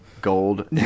Gold